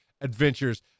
adventures